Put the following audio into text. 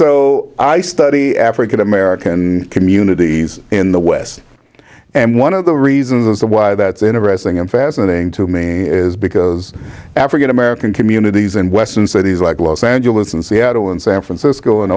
so i study african american communities in the west and one of the reasons as to why that's interesting and fascinating to me is because african american communities and western cities like los angeles and seattle and san francisco and